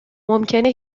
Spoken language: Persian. ممکنه